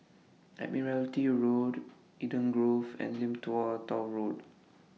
Admiralty Road Eden Grove and Lim Tua Tow Road